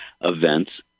events